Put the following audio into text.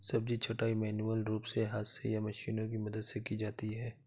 सब्जी छँटाई मैन्युअल रूप से हाथ से या मशीनों की मदद से की जाती है